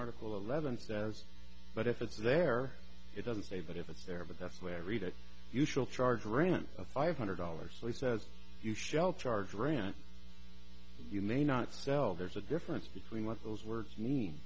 article eleventh as but if it's there it doesn't say that if it's there but that's where i read it usually charge rent a five hundred dollars he says you shall charge rent you may not sell there's a difference between what those words me